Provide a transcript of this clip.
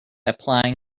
applying